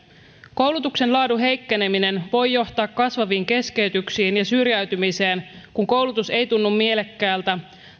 koulutuksen laadun heikkeneminen voi johtaa kasvaviin keskeytyksiin ja syrjäytymiseen kun koulutus ei tunnu mielekkäältä